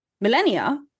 millennia